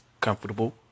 comfortable